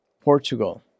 Portugal